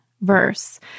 verse